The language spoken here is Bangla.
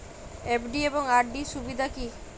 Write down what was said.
এফ.ডি এবং আর.ডি এর সুবিধা কী?